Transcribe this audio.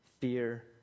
fear